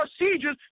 procedures